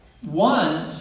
one